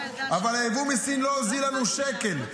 אבל היבוא מסין לא הוזיל לנו שקל,